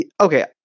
okay